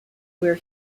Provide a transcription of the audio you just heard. where